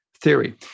theory